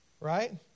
right